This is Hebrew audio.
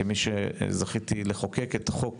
כמי שזכיתי לחוקק את חוק